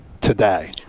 today